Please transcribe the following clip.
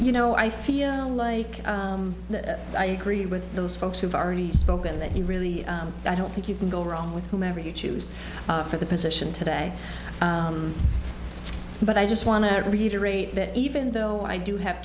you know i feel like that i agree with those folks who've already spoken that you really i don't think you can go wrong with whomever you choose for the position today but i just want to read a rate that even though i do have